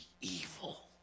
evil